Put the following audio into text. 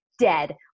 Dead